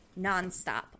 nonstop